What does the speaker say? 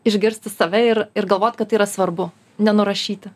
išgirsti save ir ir galvot kad tai yra svarbu nenurašyti